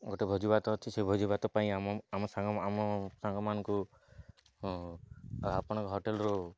ଗୋଟେ ଭୋଜି ଭାତ ଅଛି ସେ ଭୋଜି ଭାତ ପାଇଁ ସାଙ୍ଗ ଆମ ସାଙ୍ଗମାନଙ୍କୁ ଆପଣଙ୍କ ହୋଟେଲରୁ